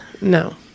No